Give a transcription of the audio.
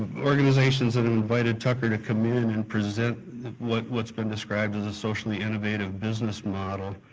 organizations have invited tucker to come in and present what's what's been described as a socially innovative business model,